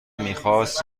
میخواست